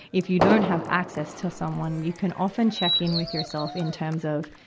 if you don't have access to someone, you can often check in with yourself, in terms of,